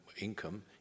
income